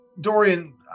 Dorian